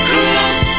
Close